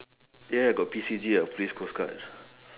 ya ya got P_C_G ah police coast guard